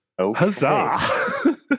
Huzzah